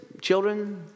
children